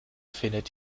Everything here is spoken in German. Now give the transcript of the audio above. findet